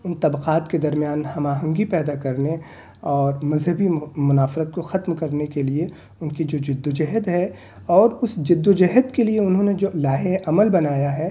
ان طبقات کے درمیان ہم آہنگی پیدا کرنے اور مذہبی منافرت کو ختم کرنے کے لیے ان کی جو جدّ و جہد ہے اور اس جدّ و جہد کے لیے انہوں نے جو لائحہ عمل بنایا ہے